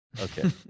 Okay